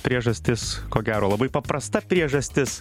priežastis ko gero labai paprasta priežastis